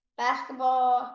basketball